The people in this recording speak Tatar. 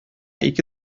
ике